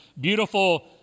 beautiful